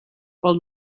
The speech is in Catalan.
pel